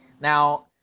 Now